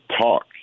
talk